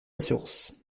source